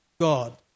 God